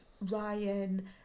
Ryan